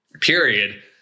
period